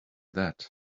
that